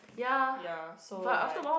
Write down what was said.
ya so like